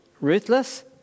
ruthless